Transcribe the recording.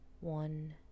One